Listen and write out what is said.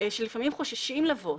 שלפעמים חוששים לבוא.